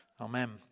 Amen